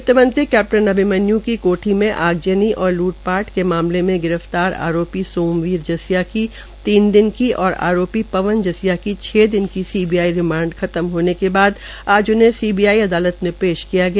वित्तमंत्री कैप्टन अभिमन्यू की कोठी में आगजनी और लूटपाट के मामले में गिरफ्तार आरोपी पवन जसिया की छ दिन की सीबीआई रिमांड खत्म होने के बाद आज उन्हें सीबीआई अदालत में पेश किया गया